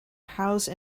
house